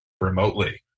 remotely